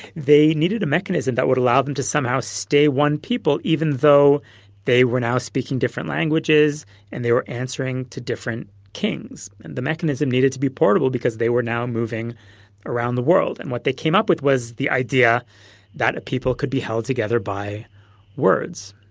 they needed a mechanism that would allow them to somehow stay one people even though they were now speaking different languages and they were answering to different kings. and the mechanism needed to be portable because they were now moving around the world and what they came up with was the idea that a people would be held together by words.